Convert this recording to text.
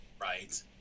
right